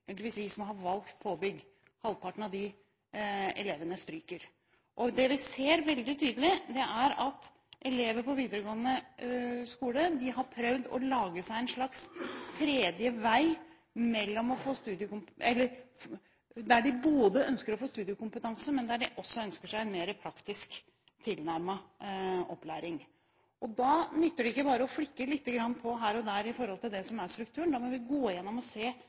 har valgt påbygging. Halvparten av disse elevene stryker. Det vi ser veldig tydelig, er at elever på videregående skole har prøvd å lage seg en slags tredje vei, der de ønsker både å få studiekompetanse og å få en mer praktisk tilnærmet opplæring. Da nytter det ikke bare å flikke lite grann her og der i det som er strukturen – vi må gå igjennom og se